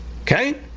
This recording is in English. Okay